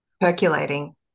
Percolating